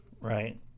Right